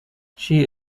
she